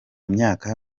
myaka